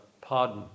pardon